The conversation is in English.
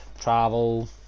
travel